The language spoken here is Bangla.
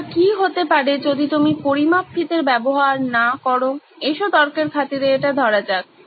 এবার কি হতে পারে যদি তুমি পরিমাপ ফিতের ব্যবহার না করো এস তর্কের খাতিরে এটা ধরা যাক